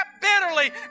bitterly